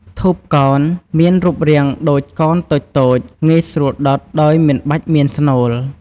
ធូបកោណ មានរូបរាងដូចកោណតូចៗ ងាយស្រួលដុតដោយមិនបាច់មានស្នូល។